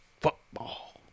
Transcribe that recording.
Football